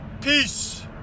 Peace